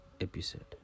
episode